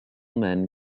men